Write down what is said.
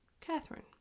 Catherine